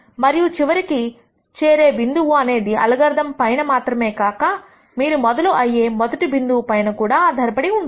మీరు చివరికి చేరే బిందువు అనేది అల్గారిథం పైన మాత్రమే కాక మీరు మొదలు అయ్యే మొదటి బిందువు పైన కూడా ఆధారపడి ఉంటుంది